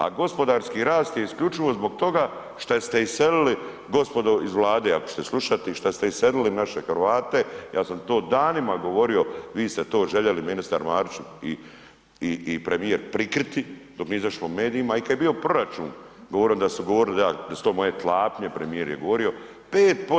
A gospodarski rast je isključivo zbog toga šta ste iselili, gospodo iz Vlade ako ćete slušati, šta ste iselili naše Hrvate, ja sam to danima govorio, vi ste to željeli, ministar Marić i premijer prikriti dok nije izašlo u medijima i kad je bio proračun, govorim da su govorili da su to moje tlapnje, premijer je govorio.